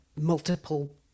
multiple